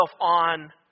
on